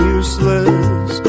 useless